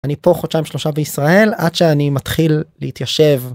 אני פה חודשיים שלושה בישראל עד שאני מתחיל להתיישב.